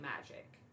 magic